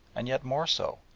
and yet more so,